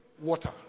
water